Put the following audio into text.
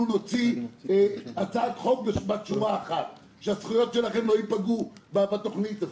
נוציא הצעת חוק בת שורה אחת: שהזכויות שלכם לא יפגעו בתוכנית הזו.